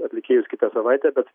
atlikėjus kitą savaitę bet